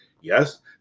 Yes